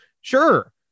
Sure